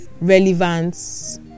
relevance